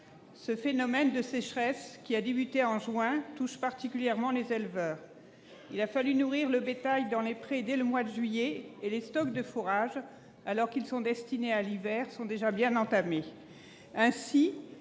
Ce phénomène de sécheresse, qui a débuté en juin, touche particulièrement les éleveurs. Il a fallu nourrir le bétail dans les prés dès le mois de juillet, et les stocks de fourrage, alors qu'ils sont destinés à l'hiver, sont déjà bien entamés